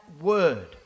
word